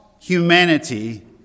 humanity